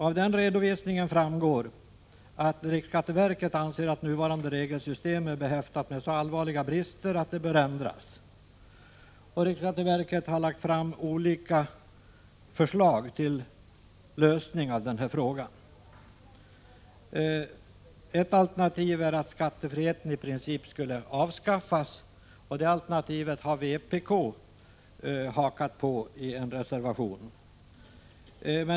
Av den redovisningen framgår att riksskatteverket anser att nuvarande regelsystem är behäftat med så allvarliga brister att det bör ändras. Riksskatteverket har lagt fram olika förslag till lösning av denna fråga. Ett alternativ är att skattefriheten i princip skulle avskaffas, och det alternativet har vpk i en reservation ställt sig bakom.